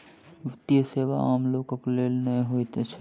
वित्तीय सेवा आम लोकक लेल नै होइत छै